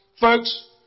Folks